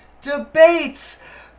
debates